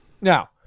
Now